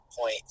point